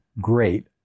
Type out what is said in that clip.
great